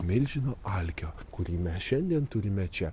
milžino alkio kurį mes šiandien turime čia